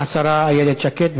השרה איילת שקד.